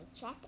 check